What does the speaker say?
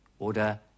oder